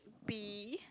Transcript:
be